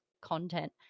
content